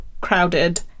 crowded